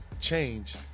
change